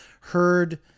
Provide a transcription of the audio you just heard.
heard